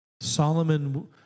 Solomon